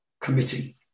committee